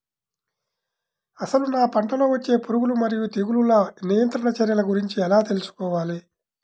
అసలు నా పంటలో వచ్చే పురుగులు మరియు తెగులుల నియంత్రణ చర్యల గురించి ఎలా తెలుసుకోవాలి?